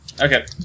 Okay